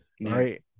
right